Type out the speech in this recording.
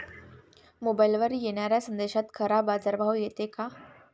मोबाईलवर येनाऱ्या संदेशात खरा बाजारभाव येते का?